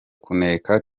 kuneka